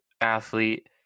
athlete